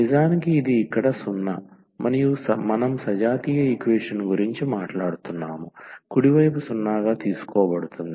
నిజానికి ఇది ఇక్కడ 0 మనం సజాతీయ ఈక్వేషన్ గురించి మాట్లాడుతున్నాము కుడి వైపు 0 గా తీసుకోబడుతుంది